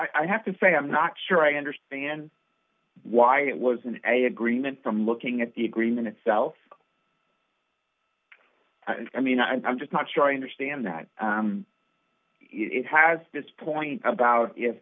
i have to say i'm not sure i understand why it was in any agreement from looking at the agreement itself i mean i'm just not sure i understand that it has this point about if